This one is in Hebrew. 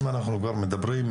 אם אנחנו כבר מדברים,